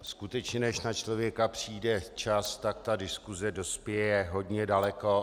Skutečně než na člověka přijde čas, tak ta diskuse dospěje hodně daleko.